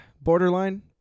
borderline